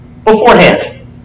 Beforehand